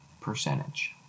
percentage